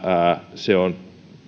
se on